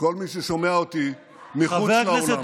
לכל מי ששומע אותי מחוץ לאולם,